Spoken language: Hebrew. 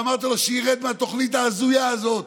ואמרתי לו שירד מהתוכנית ההזויה הזאת,